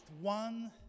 one